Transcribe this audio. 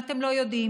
אם אתם לא יודעים,